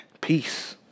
Peace